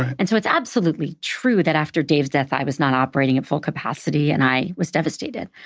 and so it's absolutely true that, after dave's death, i was not operating at full capacity, and i was devastated.